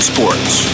Sports